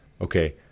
Okay